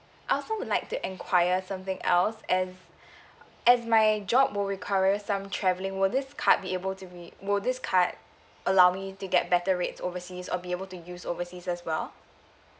I also would like to enquiry something else as as my job will require some travelling will this card be able to be will this card allow me to get better rates overseas or be able to use overseas as well